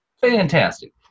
Fantastic